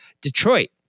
Detroit